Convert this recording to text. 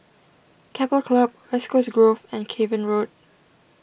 Keppel Club West Coast Grove and Cavan Road